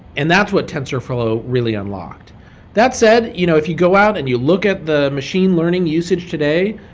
and that's what tensorflow really unlocked that said, you know if you go out and you look at the machine learning usage today,